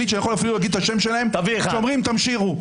אפילו לא יכול להגיד את השם שלהן שאומרים תמשיכו.